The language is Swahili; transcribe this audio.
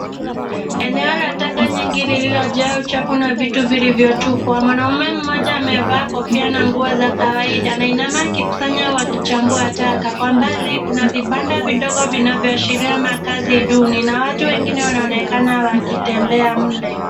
Eneo la taka nyingi lililojaa uchafu na vitu vilivyotupwa. Mwanaume mmoja amevaa kofia na nguo za kawaida, na inaonekana akikusanya au kuchambua taka. Kwa mbali, kuna vibanda vidogo vinavyoashiria makazi duni na watu wengine wanaonekana wakitembea mle.